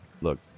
look